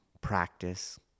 practice